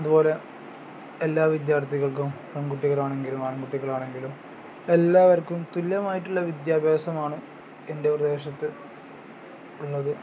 അതുപോലെ എല്ലാ വിദ്യാർത്ഥികൾക്കും പെൺകുട്ടികൾ ആണെങ്കിലും ആൺകുട്ടികൾ ആണെങ്കിലും എല്ലാവർക്കും തുല്യമായിട്ടുള്ള വിദ്യാഭ്യാസമാണ് എൻ്റെ പ്രദേശത്ത് ഉള്ളത്